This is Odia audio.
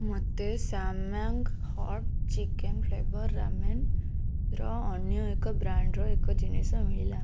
ମୋତେ Samyang hot chicken flavour ramen ର ଅନ୍ୟ ଏକ ବ୍ରାଣ୍ଡ୍ର ଏକ ଜିନିଷ ମିଳିଲା